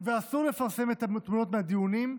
ואסור לפרסם תמונות מהדיונים,